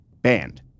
banned